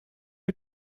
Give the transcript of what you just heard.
jij